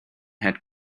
had